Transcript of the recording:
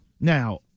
Now